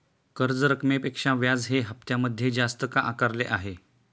कर्ज रकमेपेक्षा व्याज हे हप्त्यामध्ये जास्त का आकारले आहे?